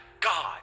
God